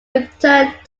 returned